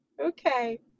okay